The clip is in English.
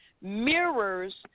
mirrors